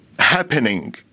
happening